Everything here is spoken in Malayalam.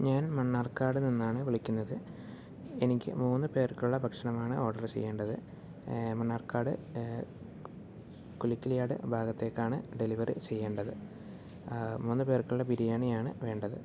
ഞാൻ മണ്ണാർക്കാട് നിന്നാണ് വിളിക്കുന്നത് എനിക്ക് മൂന്ന് പേർക്കുള്ള ഭക്ഷണമാണ് ഓർഡർ ചെയ്യേണ്ടത് മണ്ണാർക്കാട് കുലിക്കിളിയാട് ഭാഗത്തേക്കാണ് ഡെലിവറി ചെയ്യേണ്ടത് മൂന്നു പേർക്കുള്ള ബിരിയാണി ആണ് വേണ്ടത്